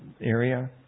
area